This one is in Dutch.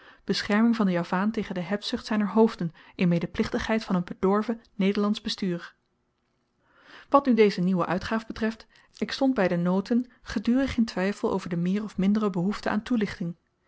bescherming van den javaan tegen de hebzucht zyner hoofden in medeplichtigheid van een bedorven nederlandsch bestuur wat nu deze nieuwe uitgaaf betreft ik stond by de noten die straks volgen gedurig in twyfel over de meer of mindere behoefte aan toelichting